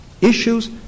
issues